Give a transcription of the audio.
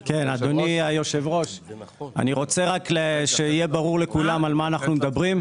אדוני, אני רוצה שנבין על מה אנחנו מדברים.